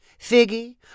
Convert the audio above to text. Figgy